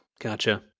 Gotcha